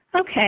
Okay